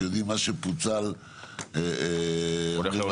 שיודעים מה שפוצל --- הולך לעולמו.